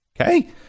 Okay